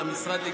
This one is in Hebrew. איך אמרת?